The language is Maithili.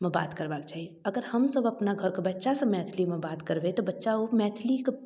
मे बात करबाक चाही अगर हमसभ अपना घरके बच्चासँ मैथिलीमे बात करबै तऽ बच्चा ओ मैथिलीके